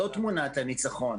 זאת תמונת הניצחון,